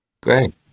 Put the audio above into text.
Great